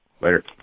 later